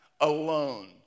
alone